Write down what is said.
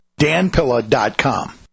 danpilla.com